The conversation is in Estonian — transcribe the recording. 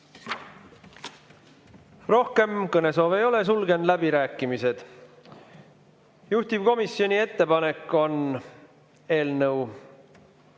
Rohkem kõnesoove ei ole, sulgen läbirääkimised. Juhtivkomisjoni ettepanek on eelnõu